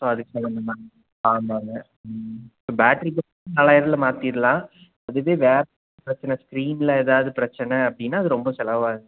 so அதுக்கு தகுந்த மாதிரி ஆமாங்க ம் பேட்ரி பிரச்சினைன்னா நாலாயிரம் ருபாயில மாற்றிட்லாம் அதுவே வேறு ஏதாச்சுனா ஸ்க்ரீனில் ஏதாவது பிரச்சின அப்படினா அது ரொம்ப செலவாகுங்க